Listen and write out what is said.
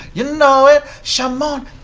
you know it, shamone.